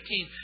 18